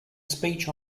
speech